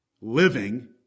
living